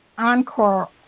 encore